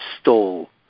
stole